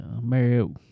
Mario